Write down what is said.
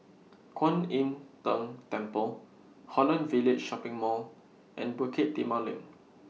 Kwan Im Tng Temple Holland Village Shopping Mall and Bukit Timah LINK